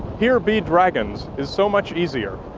here be dragons is so much easier.